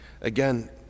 Again